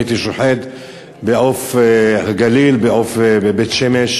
הייתי שוחט ב"עוף הגליל" בבית-שאן.